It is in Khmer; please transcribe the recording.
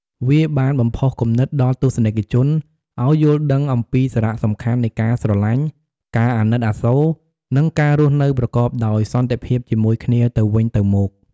វាបានបំផុសគំនិតដល់ទស្សនិកជនឱ្យយល់ដឹងអំពីសារៈសំខាន់នៃការស្រឡាញ់ ការអាណិតអាសូរ និងការរស់នៅប្រកបដោយសន្តិភាពជាមួយគ្នាទៅវិញទៅមក។